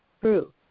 true